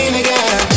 again